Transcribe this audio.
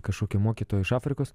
kažkokie mokytojai iš afrikos